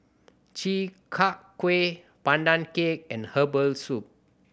Chi Kak Kuih Pandan Cake and herbal soup